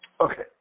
Okay